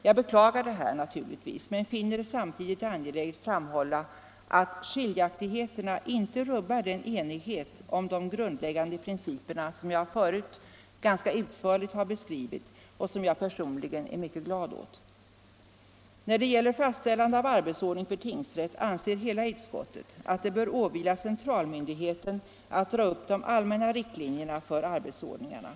Jag beklagar givetvis detta men finner det samtidigt angeläget att framhålla att skiljaktigheterna inte rubbar den enighet om de grundläggande principerna som jag förut ganska utförligt har beskrivit och som jag personligen är mycket glad åt. När det gäller fastställande av arbetsordning för tingsrätt anser hela utskottet att det bör åvila centralmyndigheten att dra upp de allmänna riktlinjerna för arbetsordningarna.